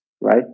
right